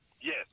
Yes